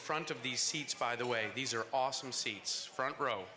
front of these seats by the way these are awesome seats front row